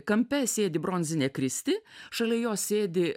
kampe sėdi bronzinė kristi šalia jos sėdi